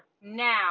now